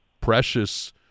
precious